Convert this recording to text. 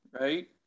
right